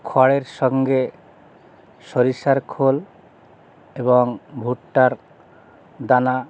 খয়ের সঙ্গে সরিশার খোল এবং ভুট্টার দানা